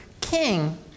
king